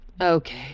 Okay